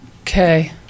Okay